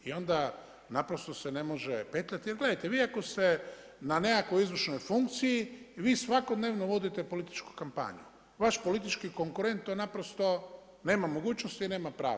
I onda naprosto se ne može petljati, jer gledajte, vi ako ste na nekakvoj izvršnoj funkciji, vi svakodnevno vodite političku kampanju, vaš politički konkurent to naprosto nema mogućnosti i nema pravo.